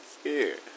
scared